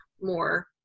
more